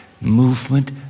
movement